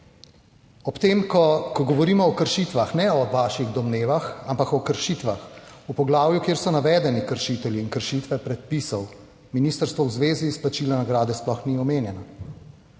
Ob tem, ko govorimo o kršitvah, ne o vaših domnevah, ampak o kršitvah v poglavju, kjer so navedeni kršitelji in kršitve predpisov, ministrstvo v zvezi z izplačilom nagrade sploh ni omenjena